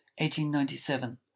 1897